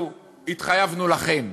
אנחנו התחייבנו לכם,